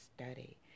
study